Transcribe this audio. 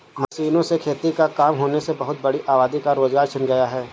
मशीनों से खेती का काम होने से बहुत बड़ी आबादी का रोजगार छिन गया है